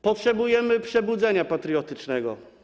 Potrzebujemy przebudzenia patriotycznego.